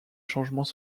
changements